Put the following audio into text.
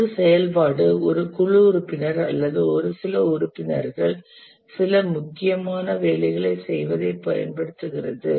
ஒரு செயல்பாடு ஒரு குழு உறுப்பினர் அல்லது ஒரு சில உறுப்பினர்கள் சில முக்கியமான வேலைகளைச் செய்வதைப் பயன்படுத்துகிறது